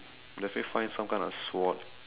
let's say find some kind of sword